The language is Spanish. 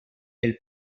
del